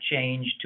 change